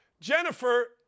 Jennifer